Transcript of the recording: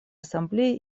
ассамблеи